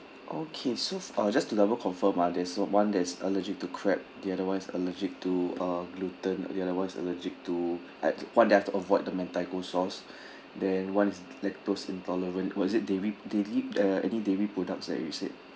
okay so uh just to double confirm ah there's so one that's allergic to crab the other [one] is allergic to uh gluten the other [one] is allergic to like what they have to avoid the mentaiko sauce then one is lactose intolerant was it dairy dairy uh any dairy products like you said